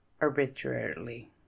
arbitrarily